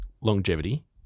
longevity